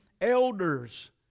elders